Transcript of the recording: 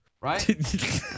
Right